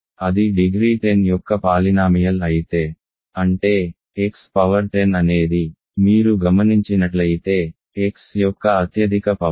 కాబట్టి అది డిగ్రీ 10 యొక్క పాలినామియల్ అయితే అంటే x పవర్ 10 అనేది మీరు గమనించినట్లయితే x యొక్క అత్యధిక పవర్